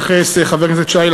חבר הכנסת שי,